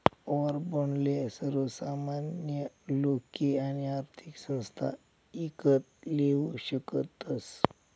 war बाॅन्डले सर्वसामान्य लोके आणि आर्थिक संस्था ईकत लेवू शकतस